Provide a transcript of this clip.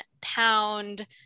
pound